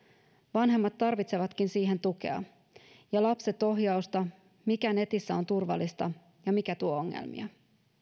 vanhemmat tarvitsevatkin siihen tukea ja lapset ohjausta siinä mikä netissä on turvallista ja mikä tuo ongelmia